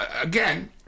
again